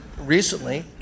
recently